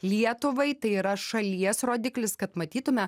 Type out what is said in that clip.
lietuvai tai yra šalies rodiklis kad matytume